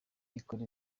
ikora